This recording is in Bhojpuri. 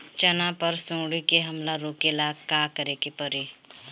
चना पर सुंडी के हमला रोके ला का करे के परी?